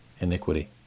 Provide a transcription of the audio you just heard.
iniquity